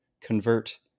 convert